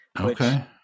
Okay